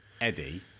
Eddie